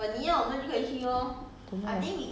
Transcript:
okay lah 你怕 meh